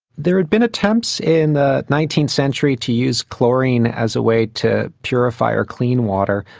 there had been attempts in the nineteenth century to use chlorine as a way to purify or clean water,